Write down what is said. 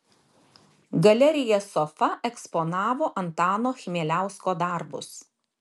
galerija sofa eksponavo antano chmieliausko darbus